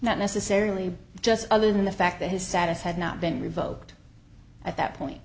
not necessarily just other than the fact that his status had not been revoked at that point